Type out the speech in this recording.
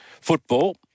football